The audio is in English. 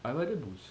I rather Boost